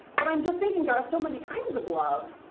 but i'm just thinking there are so many kinds of love,